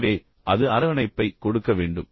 எனவே அது அரவணைப்பை கொடுக்க வேண்டும்